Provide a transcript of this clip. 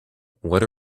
what